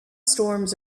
storms